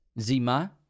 Zima